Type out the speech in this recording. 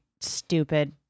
stupid